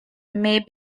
may